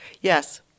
Yes